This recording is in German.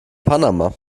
panama